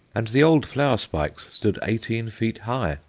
and the old flower spikes stood eighteen feet high.